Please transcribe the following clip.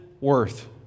worth